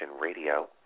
Radio